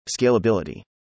Scalability